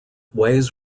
ways